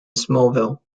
smallville